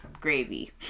Gravy